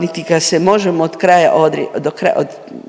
niti ga se možemo od kraja, do